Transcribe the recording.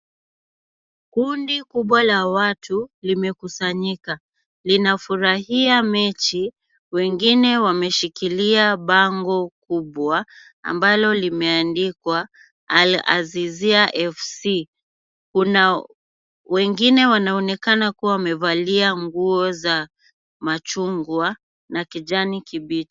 Kundi kubwa la watu limekusanyika linafurahia mechi wengine wameshikilia bango kubwa ambalo limeandikwa Al-Azizia FC. Kuna wengine wanaonekana kuwa wamevalia nguo za machungwa na kijani kibichi.